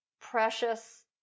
precious